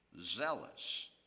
zealous